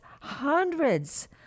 hundreds